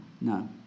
no